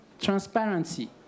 transparency